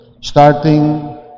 starting